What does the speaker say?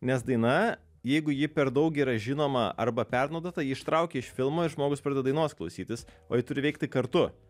nes daina jeigu ji per daug yra žinoma arba pernaudota ji ištraukia iš filmo ir žmogus pradeda dainos klausytis o ji turi veikti kartu